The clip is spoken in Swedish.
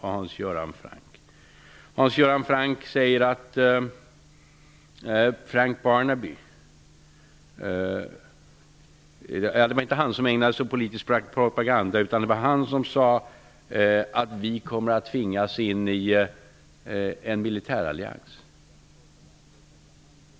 Hans Göran Franck säger att Frank Barnaby har sagt att vi kommer att tvingas in i en militärallians.